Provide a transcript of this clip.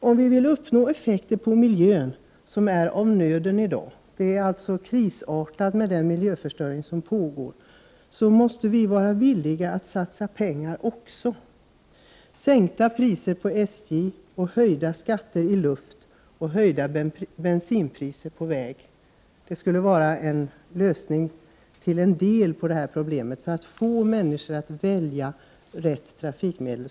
Om vi vill uppnå effekter beträffande miljön — och det är av nöden i dag, eftersom läget är krisartat med tanke på den miljöförstöring som pågår — måste vi också vara villiga att satsa pengar. Sänkta priser inom SJ, höjda skatter i luften och höjda bensinpriser på vägen skulle till en del vara en lösning på problemet. Det gäller ju att få människor att välja rätt trafikmedel.